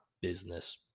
business